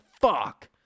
fuck